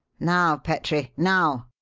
now petrie, now!